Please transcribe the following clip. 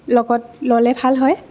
লগত ল'লে ভাল হয়